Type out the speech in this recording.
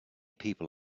people